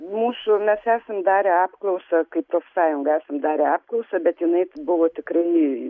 mūsų mes esam darę apklausą kaip profsąjunga esam darę apklausą bet jinai buvo tikrai